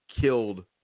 killed